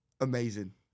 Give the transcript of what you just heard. Amazing